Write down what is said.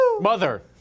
Mother